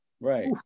Right